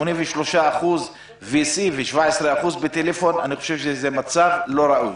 83% ב-וי-סי ו-17% בטלפון אני חושב שזה מצב לא ראוי.